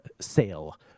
sale